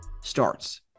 starts